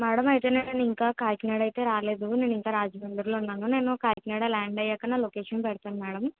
madam అయితే నేను ఇంకా కాకినాడ అయితే రాలేదు నేను ఇంకా రాజముండ్రిలో ఉన్నాను నేను కాకినాడ ల్యాండ్ అయ్యాక నా లోకేషన్ పెడతాను మేడం